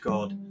God